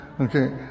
okay